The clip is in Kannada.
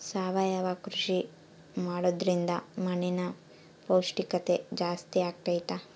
ಸಾವಯವ ಕೃಷಿ ಮಾಡೋದ್ರಿಂದ ಮಣ್ಣಿನ ಪೌಷ್ಠಿಕತೆ ಜಾಸ್ತಿ ಆಗ್ತೈತಾ?